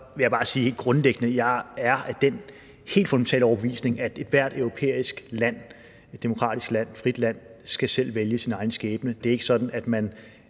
vil jeg bare sige helt grundlæggende, at jeg er af den helt fundamentale overbevisning, at ethvert europæisk land, et demokratisk land, et frit land, selv skal vælge sin egen skæbne. Det er ikke sådan, at man